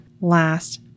last